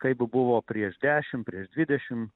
kaip buvo prieš dešim prieš dvidešim